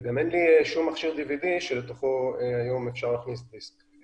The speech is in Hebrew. וגם אין לה מכשיר די.וי.די לתוכו אפשר להכניס דיסק.